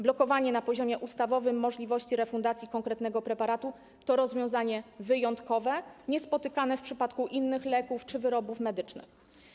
Blokowanie na poziomie ustawowym możliwości refundacji i konkretnego preparatu to rozwiązanie wyjątkowe, niespotykane w przypadku innych leków czy wyrobów medycznych.